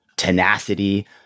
Tenacity